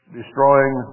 destroying